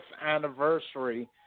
anniversary